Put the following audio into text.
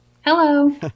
Hello